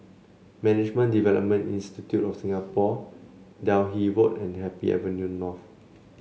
Management Development Institute of Singapore Delhi Road and Happy Avenue North